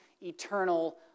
eternal